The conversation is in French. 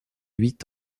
huit